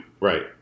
Right